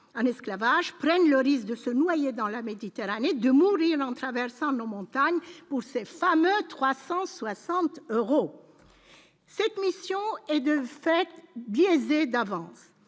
en esclavage prennent le risque de se noyer dans la Méditerranée de mourir en traversant montagnes ou cette femme : 360 euros, cette mission est de fait biaisée d'avance